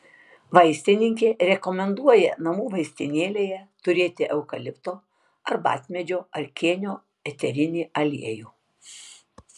vaistininkė rekomenduoja namų vaistinėlėje turėti eukalipto arbatmedžio ar kėnio eterinį aliejų